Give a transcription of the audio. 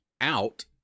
out